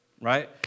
right